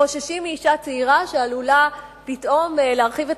שחוששים מאשה צעירה שעלולה פתאום להרחיב את